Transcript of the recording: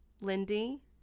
Lindy